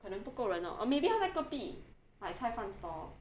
可能不够人 orh or maybe 他在隔壁 like 菜饭 stall